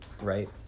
right